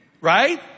right